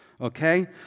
Okay